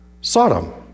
Sodom